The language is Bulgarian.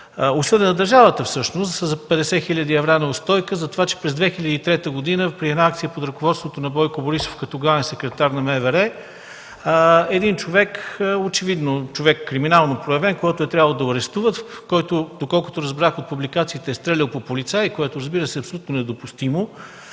осъдена държавата за 50 хил. евро неустойка за това, че през 2003 г. при една акция под ръководството на Бойко Борисов, като главен секретар на МВР, един човек, очевидно човек – криминално проявен, който е трябвало да го арестуват, който – доколкото разбрах от публикациите, е стрелял по полицай, което разбира се, е абсолютно недопустимо,